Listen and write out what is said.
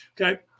Okay